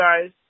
guys